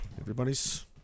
everybody's